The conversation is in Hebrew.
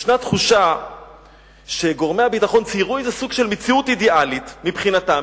יש תחושה שגורמי הביטחון ציירו איזה סוג של מציאות אידיאלית מבחינתם,